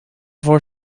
voor